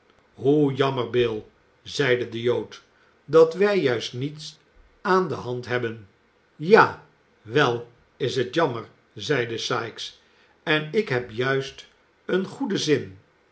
hoe jammer bill zeide de jood dat wij juist niets aan de hand hebben ja wel is het jammer zeide sikes en ik heb juist een goeden zin